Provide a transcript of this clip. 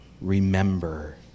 remember